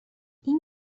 این